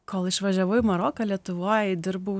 kol išvažiavau į maroką lietuvoj dirbau